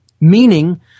meaning